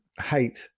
hate